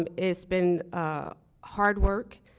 um it's been ah hard work.